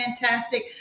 fantastic